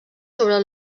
sobre